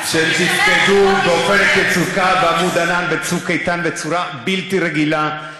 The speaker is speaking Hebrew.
שתפקדו ב"עמוד ענן" וב"צוק איתן" בצורה בלתי רגילה,